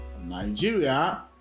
Nigeria